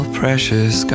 precious